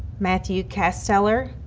matthew kasteler,